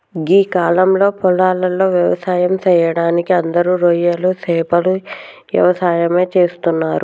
గీ కాలంలో పొలాలలో వ్యవసాయం సెయ్యడానికి అందరూ రొయ్యలు సేపల యవసాయమే చేస్తున్నరు